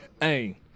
hey